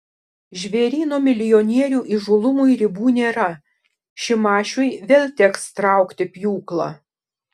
žvėryno milijonierių įžūlumui ribų nėra šimašiui vėl teks traukti pjūklą